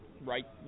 right